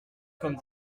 comme